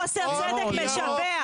חוסר צדק משווע.